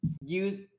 use